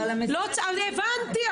אבל --- הבנתי,